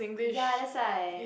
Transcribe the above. ya that's why